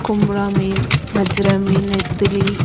கொம்புறா மீன் வஞ்சிர மீன் நெத்திலி